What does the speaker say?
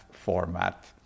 format